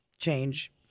Change